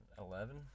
Eleven